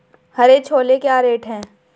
हरे छोले क्या रेट हैं?